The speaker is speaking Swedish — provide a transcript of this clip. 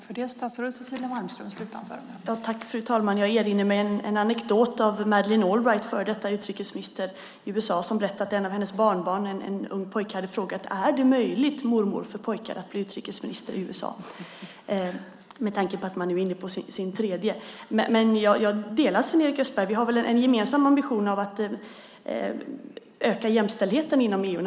Fru talman! Jag erinrar mig en anekdot om Madeleine Albright, före detta utrikesminister i USA. Hon berättade att ett av hennes barnbarn, en ung pojke, hade frågat: Är det möjligt, mormor, för pojkar att bli utrikesminister i USA? Detta med tanke på att man nu är inne på sin tredje kvinna. Jag delar Sven-Erik Österbergs uppfattning. Vi har väl en gemensam ambition att öka jämställdheten inom EU.